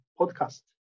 podcast